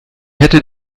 hätte